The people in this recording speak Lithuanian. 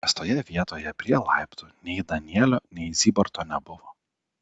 įprastoje vietoje prie laiptų nei danielio nei zybarto nebuvo